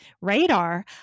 radar